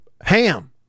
Ham